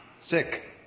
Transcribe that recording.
sick